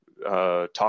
Talk